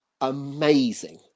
amazing